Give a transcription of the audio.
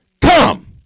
Come